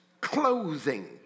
clothing